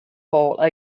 hole